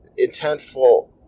intentful